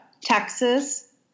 Texas